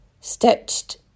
stitched